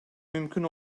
mümkün